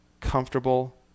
comfortable